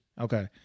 Okay